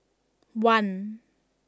one